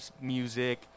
music